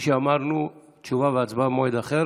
כפי שאמרנו, תשובה והצבעה במועד אחר.